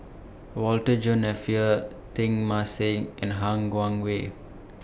Walter John Napier Teng Mah Seng and Han Guangwei